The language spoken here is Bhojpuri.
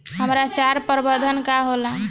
हरा चारा प्रबंधन का होला?